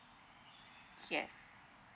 yes